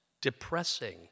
depressing